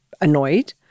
annoyed